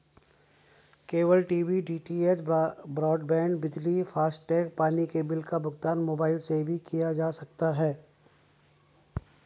cable TV DTH, broadband, बिजली, FASTag, पानी के बिल का भुगतान मोबाइल से भी किया जा सकता है